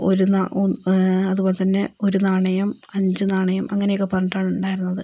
അതുപോലെത്തന്നെ ഒരു നാണയം അഞ്ച് നാണയം അങ്ങിനെയൊക്കെ പറഞ്ഞിട്ടാണ് ഉണ്ടായിരുന്നത്